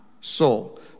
soul